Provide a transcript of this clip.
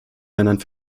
männern